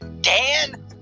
Dan